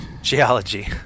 Geology